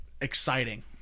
exciting